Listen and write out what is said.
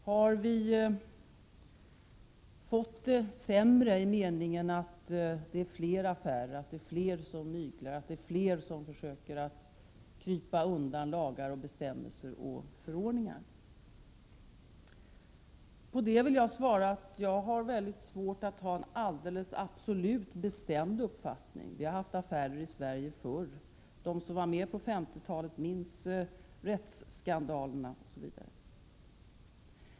Har vi fått det sämre i den meningen att vi har fler affärer, att fler myglar och försöker krypa undan lagar, bestämmelser och förordningar? På det vill jag svara att jag har svårt att ha en absolut bestämd uppfattning om detta. Vi har haft affärer i Sverige förr. De som var med på 50-talet minns t.ex. rättsskandalerna då.